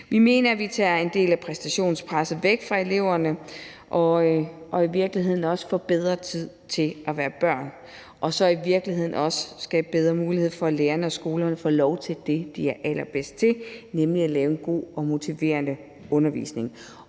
Vi mener, at vi tager en del af præstationspresset væk fra eleverne, så de i virkeligheden også får bedre tid til at være børn, og at vi skaber bedre muligheder for, at lærerne og skolerne får lov til det, de er allerbedst til, nemlig at lave en god og motiverende undervisning,